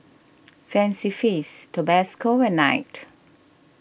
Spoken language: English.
Fancy Feast Tabasco and Knight